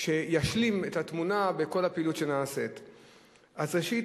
לא מספיקים.